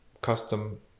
custom